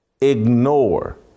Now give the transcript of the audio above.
ignore